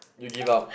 you give up